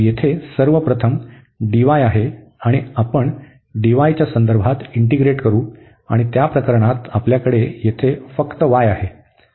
तर येथे सर्व प्रथम dy आहे आपण dy च्या संदर्भात इंटीग्रेट करू आणि त्या प्रकरणात आपल्याकडे येथे फक्त y आहे